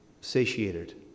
satiated